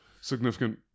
significant